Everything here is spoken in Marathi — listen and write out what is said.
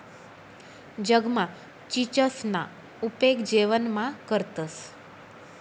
जगमा चीचसना उपेग जेवणमा करतंस